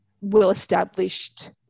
well-established